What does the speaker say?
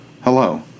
Hello